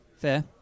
Fair